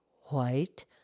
white